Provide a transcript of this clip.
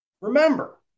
Remember